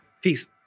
Peace